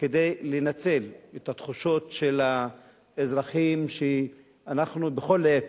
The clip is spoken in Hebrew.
כדי לנצל את התחושות של האזרחים שאנחנו בכל עת,